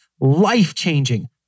life-changing